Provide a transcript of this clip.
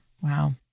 Wow